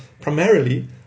primarily